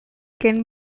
can